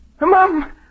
Mom